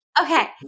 Okay